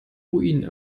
ruine